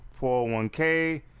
401k